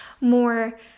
more